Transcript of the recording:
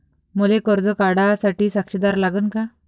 मले कर्ज काढा साठी साक्षीदार लागन का?